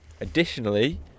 Additionally